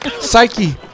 psyche